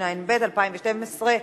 התשע"ב 2012,